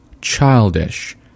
childish